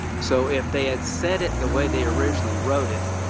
so if they had said it the way they originally wrote it,